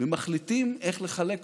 ומחליטים איך לחלק אותו,